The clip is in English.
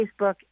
Facebook